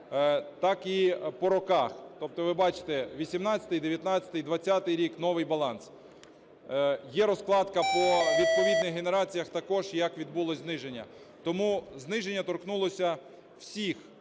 так і по роках. Тобто ви бачите: 2018-й, 2019-й, 2020 рік – новий баланс. Є розкладка по відповідних генераціях також, як відбулось зниження. Тому зниження торкнулося всіх